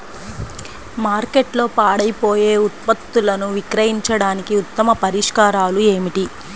మార్కెట్లో పాడైపోయే ఉత్పత్తులను విక్రయించడానికి ఉత్తమ పరిష్కారాలు ఏమిటి?